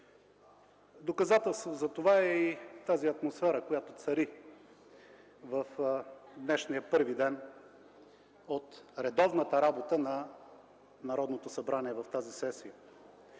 Доказателство за това е и атмосферата, която цари в днешния първи ден от редовната работа на Народното събрание в тази сесия.